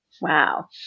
Wow